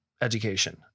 education